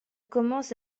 commence